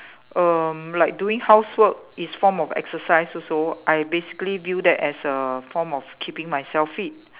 err like doing housework is form of exercise also I basically view that as a form of keeping myself fit